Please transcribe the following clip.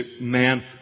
man